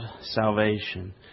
salvation